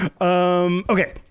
okay